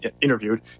interviewed